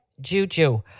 Juju